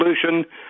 solution